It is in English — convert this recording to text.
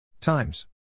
Times